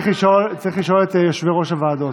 צריך לשאול את יושבי-ראש הוועדות,